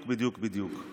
בדיוק, בדיוק, בדיוק.